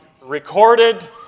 recorded